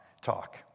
talk